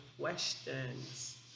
questions